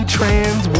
Trans